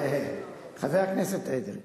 אין מצב, חבר הכנסת אדרי,